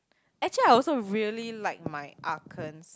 actually I also really like my argons